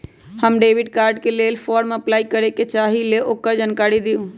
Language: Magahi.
हम डेबिट कार्ड के लेल फॉर्म अपलाई करे के चाहीं ल ओकर जानकारी दीउ?